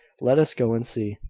let us go and see.